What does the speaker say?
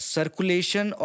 Circulation